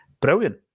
brilliant